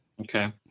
Okay